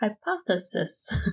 Hypothesis